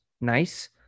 nice